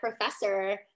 professor